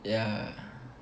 yeah